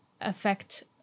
affect